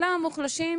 למה מוחלשים?